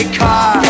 car